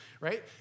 right